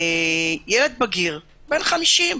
ילד בגיר בן 50,